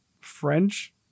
French